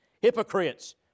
hypocrites